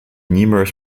numerous